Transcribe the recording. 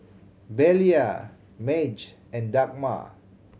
Belia Madge and Dagmar